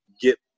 get